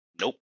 Nope